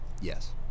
yes